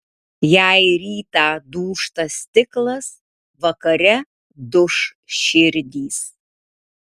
jei rytą dūžta stiklas vakare duš širdys